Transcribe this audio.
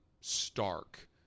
stark